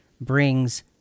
brings